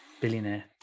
billionaire